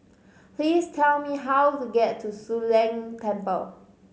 please tell me how to get to Soon Leng Temple